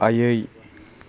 आयै